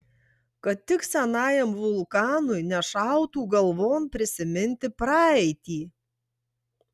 kad tik senajam vulkanui nešautų galvon prisiminti praeitį